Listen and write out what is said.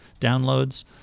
downloads